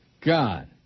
God